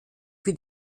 für